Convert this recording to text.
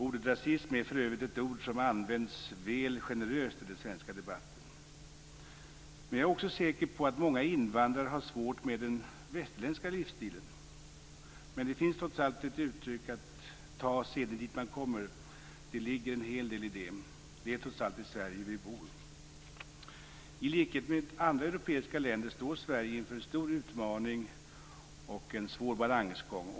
Ordet rasism är för övrigt ett ord som används väl generöst i den svenska debatten. Men jag är också säker på att många invandrare har svårt med den västerländska livsstilen. Det finns trots allt ett uttryck att "ta seden dit man kommer". Det ligger en hel del i det. Det är trots allt i Sverige vi bor. I likhet med andra europeiska länder står Sverige inför en stor utmaning och en svår balansgång.